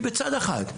היא בצד אחד.